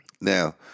Now